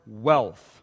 wealth